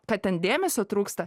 kad ten dėmesio trūksta